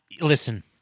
Listen